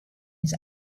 his